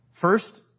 First